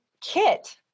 kit